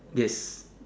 yes